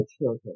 children